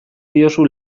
diozu